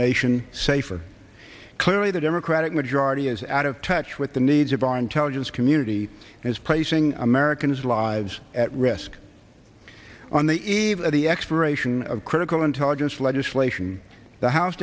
nation safer clearly the democratic majority is out of touch with the needs of our intelligence community is placing americans lives at risk on the eve of the expiration of critical intelligence legislation the house